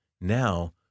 Now